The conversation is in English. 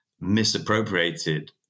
misappropriated